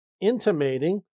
intimating